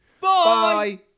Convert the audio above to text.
Bye